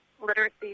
literacy